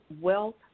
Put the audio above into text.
wealth